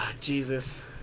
Jesus